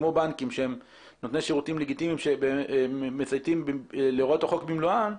כמו בנקים שהם נותני שירותים לגיטימיים שמצייתים להוראות החוק במלואן,